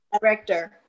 director